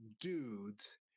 dudes